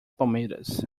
palmeiras